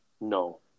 No